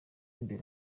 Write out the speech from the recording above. imbere